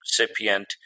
recipient